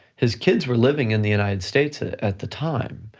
his kids were living in the united states at the time.